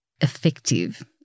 effective